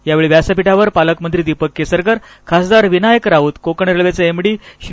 यावेळी व्यासपीठावर पालकमंत्री दीपक केसरकर खासदार विनायक राऊत कोकण रेल्वेचे एमडी श्री